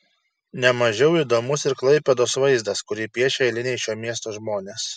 ne mažiau įdomus ir klaipėdos vaizdas kurį piešia eiliniai šio miesto žmonės